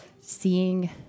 seeing